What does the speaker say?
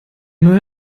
neue